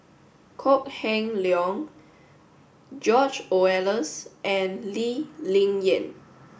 Kok Heng Leun George Oehlers and Lee Ling Yen